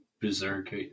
berserk